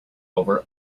over